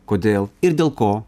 kodėl ir dėl ko